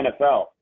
NFL